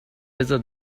بذار